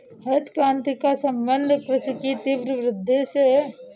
हरित क्रान्ति का सम्बन्ध कृषि की तीव्र वृद्धि से है